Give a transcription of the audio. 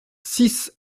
six